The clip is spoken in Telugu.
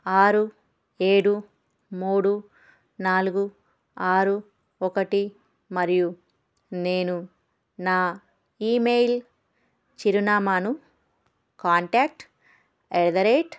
ఆరు ఏడు మూడు నాలుగు ఆరు ఒకటి మరియు నేను నా ఈమెయిల్ చిరునామాను కాంటాక్ట్ అట్ ద రేట్